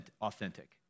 authentic